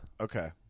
Okay